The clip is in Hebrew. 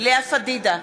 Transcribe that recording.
לאה פדידה,